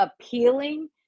appealing